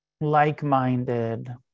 like-minded